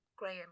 Graham